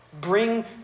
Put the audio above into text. Bring